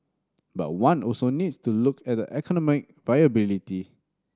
but one also needs to look at the economic viability